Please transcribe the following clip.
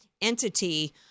entity